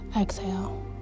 exhale